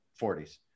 40s